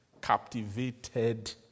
captivated